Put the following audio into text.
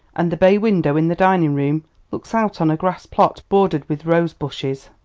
and the bay-window in the dining-room looks out on a grass-plot bordered with rose-bushes!